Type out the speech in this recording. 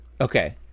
okay